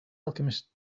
alchemist